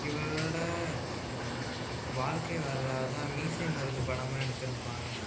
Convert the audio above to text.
இவரோடய வாழ்கை வரலாறு தான் மீசையை முறுக்கு படமாக எடுத்து இருப்பாங்கள்